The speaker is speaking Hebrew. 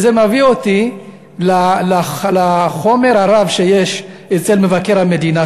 וזה מביא אותי לחומר הרב שיש אצל מבקר המדינה,